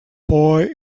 boy